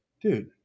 dude